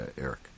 Eric